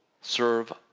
serve